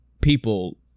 people